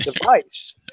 device